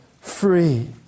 free